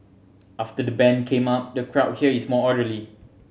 after the ban came up the crowd here is more orderly